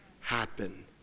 happen